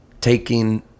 taking